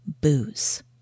booze